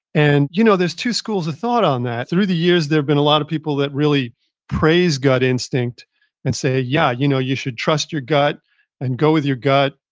and you know there's two schools of thought on that. through the years there have been a lot of people that really praise gut instinct and say, yeah, you know you should trust your gut and go with your gut.